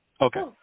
okay